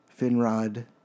Finrod